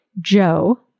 Joe